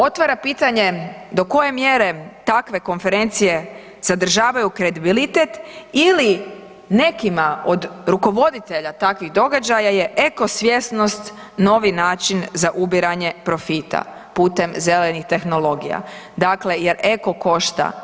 Otvara pitanje do koje mjere takve konferencije sadržavaju kredibilitet ili nekima od rukovoditelja takvih događaja je eko svjesnost novi način za ubiranje profita putem zelenih tehnologija, dakle jer eko košta.